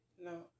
No